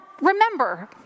remember